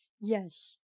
Yes